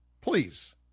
please